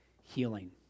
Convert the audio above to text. healing